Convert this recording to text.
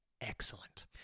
Excellent